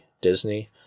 Disney